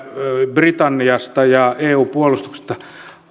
britanniasta ja eu puolustuksesta